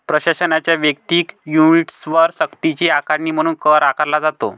प्रशासनाच्या वैयक्तिक युनिट्सवर सक्तीची आकारणी म्हणून कर आकारला जातो